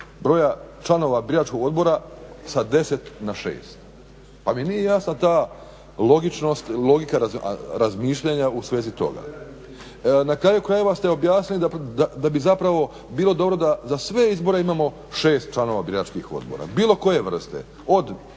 broja članova biračkog odbora sa 10 na 6 pa mi nije jasna ta logičnost, logika razmišljanja u svezi toga. … /Upadica se ne razumije./ … Na kraju krajeva ste objasnili da bi zapravo bilo dobro da za sve izbore imamo 6 članova biračkih odbora, bilo koje vrste, do